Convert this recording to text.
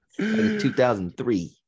2003